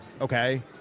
okay